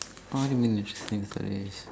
what do you mean interesting stories